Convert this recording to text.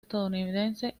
estadounidense